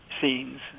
scenes